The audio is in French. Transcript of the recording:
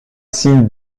signe